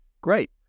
great